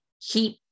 keep